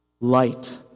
Light